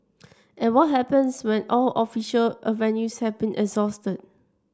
and what happens when all official avenues have been exhausted